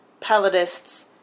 paladists